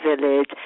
village